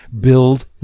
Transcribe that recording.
build